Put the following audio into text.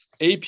ap